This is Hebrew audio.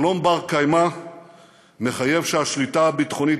שלום בר-קיימא מחייב שהשליטה הביטחונית